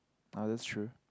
ah that's true